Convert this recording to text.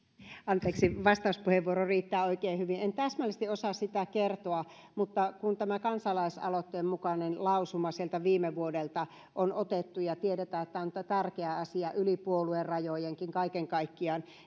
anteeksi vastauspuheenvuoro riittää oikein hyvin en täsmällisesti osaa sitä kertoa mutta kun tämä kansalaisaloitteen mukainen lausuma sieltä viime vuodelta on otettu ja tiedämme että tämä on tärkeä asia yli puoluerajojenkin kaiken kaikkiaan niin